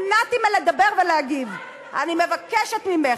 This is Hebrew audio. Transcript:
מה קשור לטומי לפיד?